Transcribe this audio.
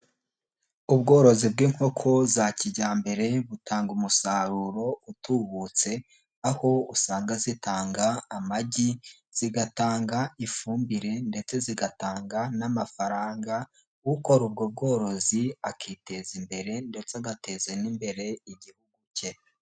Ubworozi bw'inkoko za kijyambere butanga umusaruro utubutse, aho usanga zitanga amagi, zigatanga ifumbire ndetse zigatanga n'amafaranga ukora ubwo bworozi akiteza imbere ndetse agateza n'imbere igihugu ke.